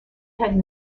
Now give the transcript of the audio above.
had